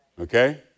Okay